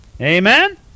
Amen